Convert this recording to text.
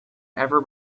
ever